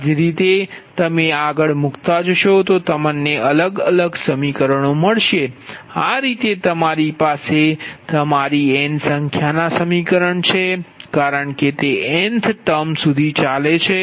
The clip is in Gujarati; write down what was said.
આ રીતે તમારી પાસે તમારી n સંખ્યાના સમીકરણ છે કારણ કે તે nth ટર્મ સુધી ચાલે છે